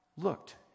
looked